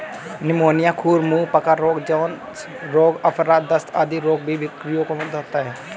pneumonia, खुर मुँह पका रोग, जोन्स रोग, आफरा, दस्त आदि रोग भी बकरियों को होता है